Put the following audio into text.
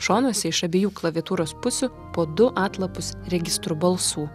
šonuose iš abiejų klaviatūros pusių po du atlapus registrų balsų